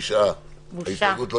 הצבעה בעד, 4 נגד, 9 לא אושרה.